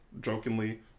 jokingly